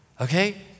okay